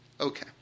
Okay